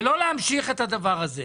לא להמשיך עם הדבר הזה,